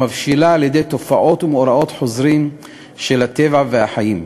המבשילה על-ידי תופעות ומאורעות חוזרים של הטבע והחיים.